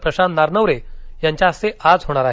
प्रशांत नारनवरे यांच्या हस्ते आज होणार आहे